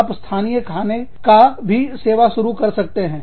आप स्थानीय खाने का भी सेवा शुरू कर सकते हैं